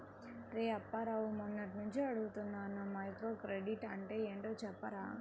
రేయ్ అప్పారావు, మొన్నట్నుంచి అడుగుతున్నాను మైక్రోక్రెడిట్ అంటే ఏంటో కొంచెం చెప్పురా